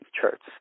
charts